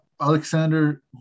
Alexander